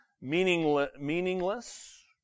Meaningless